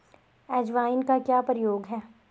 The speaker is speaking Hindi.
अजवाइन का क्या प्रयोग है?